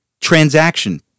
transaction